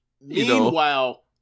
Meanwhile